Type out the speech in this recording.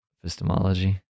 epistemology